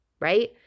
right